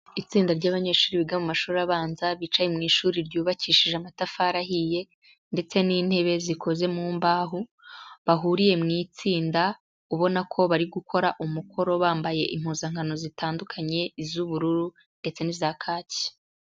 Itsinda ry'abanyeshuri biga mu mashuri abanza, bicaye mu ishuri ryuyubakishije amatafari ahiye ndetse n'intebe zikoze mu mbaho, bahuriye mu itsinda ubona ko bari gukora umukoro bambaye impuzankano zitandukanye iz'ubururu ndetse n'iza kacy.